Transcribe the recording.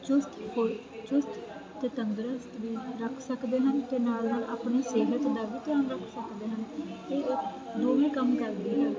ਰੱਖ ਸਕਦੇ ਹਨ ਤੇ ਨਾਲ ਨਾਲ ਆਪਣੇ ਸਿਹਤ ਦਾ ਧਿਆਨ ਰੱਖੋ ਕੰਮ ਕਰਦੇ ਆ